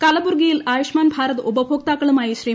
കലബുർഗിയിൽ ആയുഷ്മാൻ ഭാരത് ഉപഭോക്താക്കളുമായി ശ്രീ